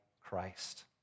Christ